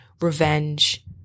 revenge